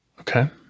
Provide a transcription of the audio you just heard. Okay